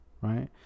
right